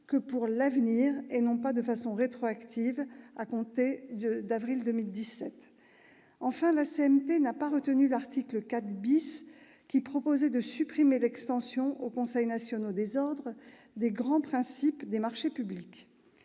pour l'avenir, et non de façon rétroactive à compter d'avril 2017. Enfin, la CMP n'a pas retenu l'article 4 , visant à supprimer l'extension aux conseils nationaux des ordres des grands principes des marchés publics.